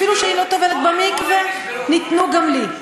אפילו שאני לא טובלת במקווה, ניתנו גם לי.